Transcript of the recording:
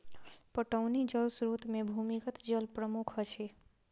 पटौनी जल स्रोत मे भूमिगत जल प्रमुख अछि